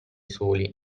soli